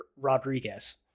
Rodriguez